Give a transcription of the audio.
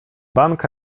bank